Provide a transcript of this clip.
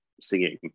singing